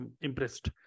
impressed